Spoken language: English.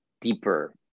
deeper